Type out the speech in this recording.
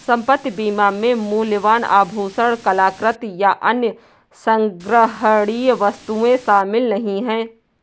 संपत्ति बीमा में मूल्यवान आभूषण, कलाकृति, या अन्य संग्रहणीय वस्तुएं शामिल नहीं हैं